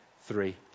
Three